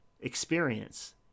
experience